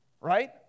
right